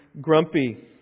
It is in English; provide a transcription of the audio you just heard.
grumpy